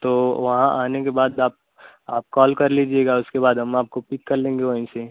तो वहाँ आने के बाद आप आप कॉल कर लीजिएगा उसके बाद हम आपको पिक कर लेंगे वहीं से